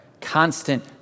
constant